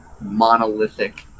monolithic